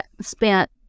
spent